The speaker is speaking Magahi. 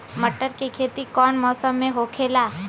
मटर के खेती कौन मौसम में होखेला?